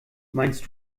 meinst